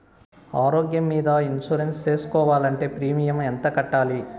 ఆరోగ్యం మీద ఇన్సూరెన్సు సేసుకోవాలంటే ప్రీమియం ఎంత కట్టాలి?